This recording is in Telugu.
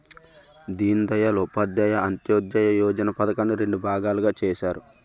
దీన్ దయాల్ ఉపాధ్యాయ అంత్యోదయ యోజన పధకాన్ని రెండు భాగాలుగా చేసారు